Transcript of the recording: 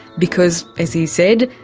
because, as he said,